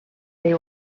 they